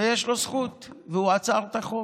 ויש לו זכות, והוא עצר את החוק.